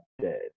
dead